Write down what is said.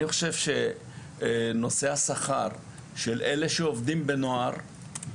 אני חושב שנושא השכר של אלה שעובדים בנוער,